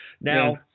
Now